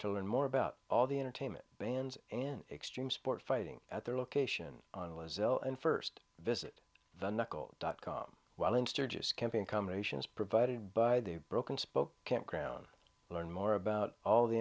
to learn more about all the entertainment bans in extreme sport fighting at their location on was ellen first visit the knuckles dot com while in sturgis camping combinations provided by the broken spoke campground learn more about all the